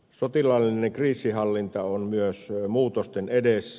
sotilaallinen kriisinhallinta on myös muutosten edessä